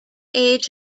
age